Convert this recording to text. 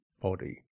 body